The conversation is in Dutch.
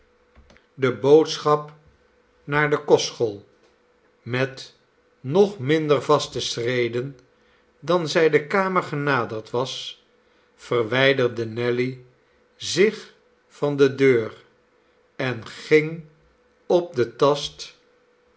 de boodschap naar de kostschool met nog minder vaste schreden dan zij de kamer genaderd was verwijderde nelly zich van de deur en ging op den tast